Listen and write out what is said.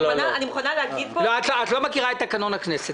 את לא מכירה את תקנון הכנסת.